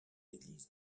églises